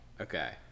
Okay